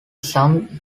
some